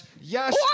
Yes